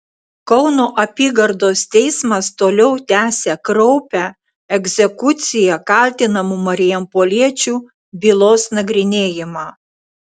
kauno apygardos teismas toliau tęsia kraupią egzekucija kaltinamų marijampoliečių bylos nagrinėjimą